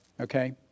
Okay